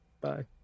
Bye